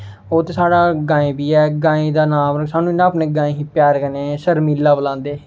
ओह् ते साढ़ा गाईं बी ऐ गाईं दा नाम सानूं इ'यां अपने गाईं गी प्यार कन्नै शर्मिला बोलांदे हे